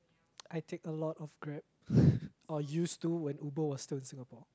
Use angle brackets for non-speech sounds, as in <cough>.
<noise> I take a lot of grab <breath> or used to when Uber was still in Singapore